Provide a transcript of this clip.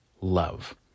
love